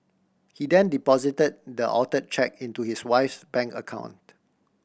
he then deposited the altered cheque into his wife's bank account